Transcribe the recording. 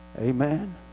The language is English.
Amen